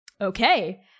Okay